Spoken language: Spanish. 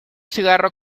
cigarro